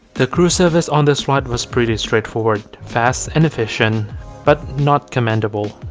the crew service on this flight was pretty straight forward, fast and efficient but not commendable